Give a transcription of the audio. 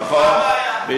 נכון, בדיוק.